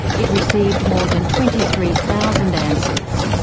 it received more than twenty three thousand answers.